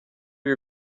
you